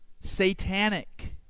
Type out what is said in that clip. satanic